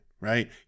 right